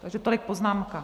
Takže tolik poznámka.